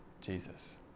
Jesus